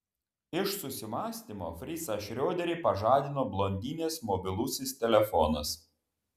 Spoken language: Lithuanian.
iš susimąstymo fricą šrioderį pažadino blondinės mobilusis telefonas